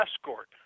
escort